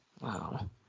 wow